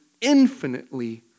infinitely